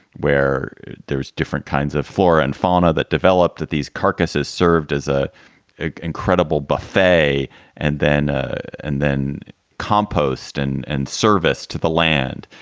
where there's different kinds of flora and fauna that developed at these carcasses, served as a incredible buffet and then ah and then compost and and service to the land.